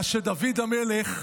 שדוד המלך,